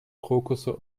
krokusse